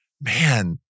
man